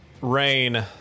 Rain